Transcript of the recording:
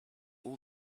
all